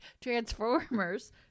Transformers